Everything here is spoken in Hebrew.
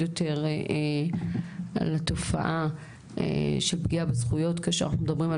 יותר לתופעה של פגיעה בזכויות כאשר אנחנו מדברים על